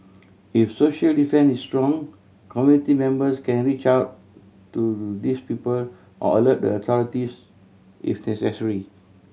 if social defence is strong community members can reach out to these people or alert the authorities if necessary